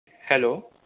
hello